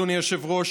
אדוני היושב-ראש,